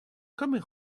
coming